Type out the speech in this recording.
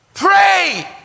Pray